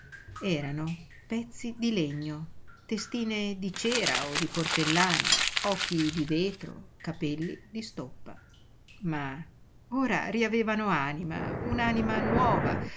erano pezzi di legno testine di cera o di porcellana occhi di vetro capelli di stoppa ma ora riavevano anima un anima nuova